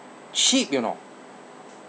cheap you know